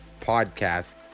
podcast